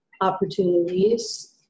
opportunities